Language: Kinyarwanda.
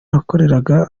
nakoreraga